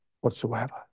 whatsoever